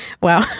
Wow